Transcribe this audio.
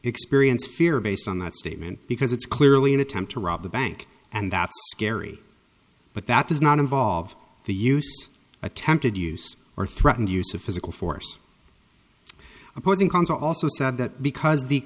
experience fear based on that statement because it's clearly an attempt to rob the bank and that's very but that does not involve the use attempted use or threatened use of physical force opposing counsel also said that because the